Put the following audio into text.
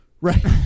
Right